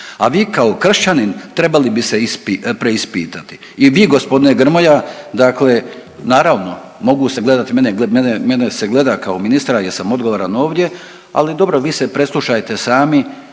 a vi kao kršćanin trebali bi se preispitati. I vi gospodine Grmoja, dakle naravno mogu se gledati, mene se gleda kao ministra jer sam odgovoran ovdje, ali dobro vi se preslušajte sami